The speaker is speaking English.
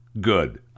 good